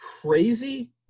crazy